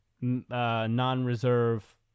non-reserve